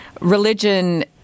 religion